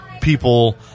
people